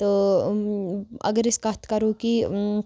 تہٕ اگر أسۍ کَتھ کَرو کہِ